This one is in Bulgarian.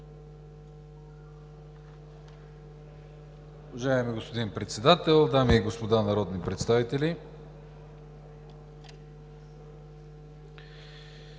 Уважаеми господин Председател, дами и господа народни представители!